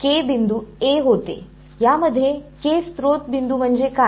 यामध्ये स्त्रोत बिंदू म्हणजे काय